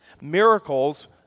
Miracles